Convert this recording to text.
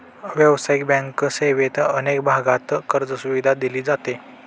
व्यावसायिक बँक सेवेत अनेक भागांत कर्जसुविधा दिली जाते